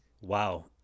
Wow